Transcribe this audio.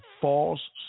false